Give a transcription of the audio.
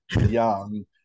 young